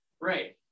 right